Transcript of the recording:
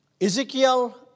Ezekiel